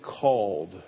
called